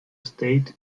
state